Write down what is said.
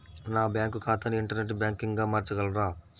నా బ్యాంక్ ఖాతాని ఇంటర్నెట్ బ్యాంకింగ్గా మార్చగలరా?